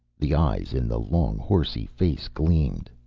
the eyes in the long horsy face gleamed.